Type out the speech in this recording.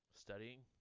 Studying